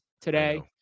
today